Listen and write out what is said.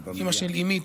אימא של אימי,